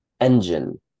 engine